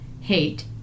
hate